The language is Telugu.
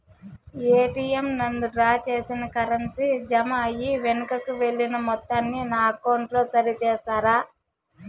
ఎ.టి.ఎం నందు డ్రా చేసిన కరెన్సీ జామ అయి వెనుకకు వెళ్లిన మొత్తాన్ని నా అకౌంట్ లో సరి చేస్తారా?